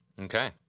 Okay